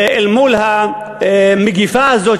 אל מול המגפה הזאת,